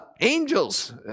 angels